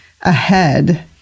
ahead